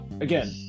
again